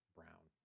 brown